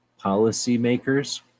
policymakers